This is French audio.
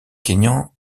kényan